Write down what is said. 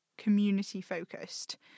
community-focused